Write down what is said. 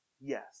Yes